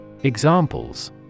Examples